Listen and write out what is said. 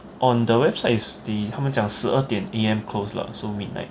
on the websites they 他们讲十二点 A_M close lah so midnight